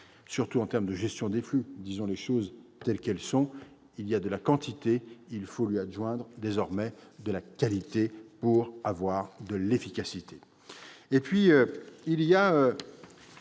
d'efficacité et de gestion des flux. Disons les choses telles qu'elles sont : il y a de la quantité ; il faut lui adjoindre désormais de la qualité pour avoir de l'efficacité.